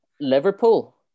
Liverpool